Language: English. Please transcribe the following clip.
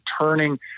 turning